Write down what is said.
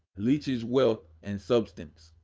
leaches wealth and substance.